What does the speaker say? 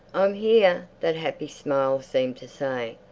i'm here! that happy smile seemed to say.